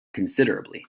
considerably